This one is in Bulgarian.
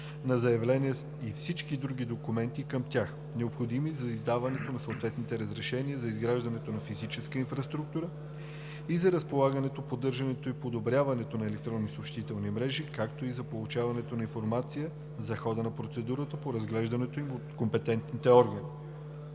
на заявления и всички други документи към тях, необходими за издаването на съответното разрешение за изграждане на физическа инфраструктура и за разполагането, поддържането и подобряването на електронни съобщителни мрежи, както и за получаването на информация за хода на процедурата по разглеждането им от компетентните органи.